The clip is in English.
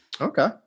okay